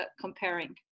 comparing